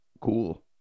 cool